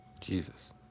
Jesus